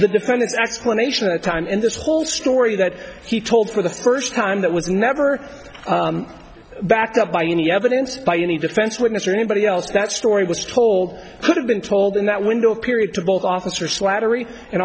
the defendant's explanation a time in this whole story that he told for the first time that was never backed up by any evidence by any defense witness or anybody else that story was told could have been told in that window period to both officer slattery and